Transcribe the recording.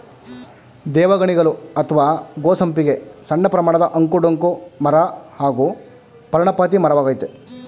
ದೇವಗಣಿಗಲು ಅತ್ವ ಗೋ ಸಂಪಿಗೆ ಸಣ್ಣಪ್ರಮಾಣದ ಅಂಕು ಡೊಂಕು ಮರ ಹಾಗೂ ಪರ್ಣಪಾತಿ ಮರವಾಗಯ್ತೆ